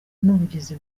n’ubugizi